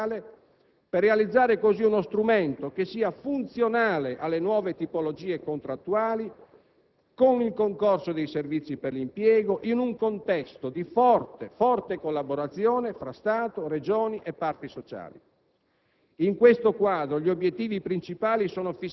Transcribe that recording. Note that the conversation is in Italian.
superando l'impostazione di natura assistenziale, per realizzare così uno strumento che sia funzionale alle nuove tipologie contrattuali, con il concorso dei servizi per l'impiego, in un contesto di forte, proprio forte collaborazione fra Stato, Regioni e parti sociali.